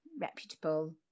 reputable